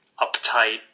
uptight